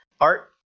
art